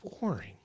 boring